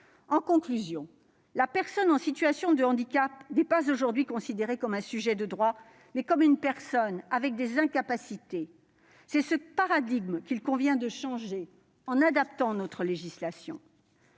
En conclusion, la personne en situation de handicap est aujourd'hui considérée non pas comme un sujet de droit, mais comme une personne ayant des incapacités. C'est ce paradigme qu'il convient de changer en adaptant notre législation.